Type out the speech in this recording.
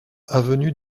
avenue